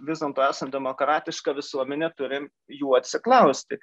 vis dėlto esam demokratiška visuomenė turim jų atsiklausti